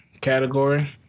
category